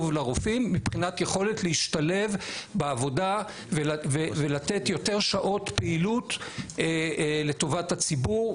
לרופאים מבחינת יכולת להשתלב בעבודה ולתת יותר שעות פעילות לטובת הציבור,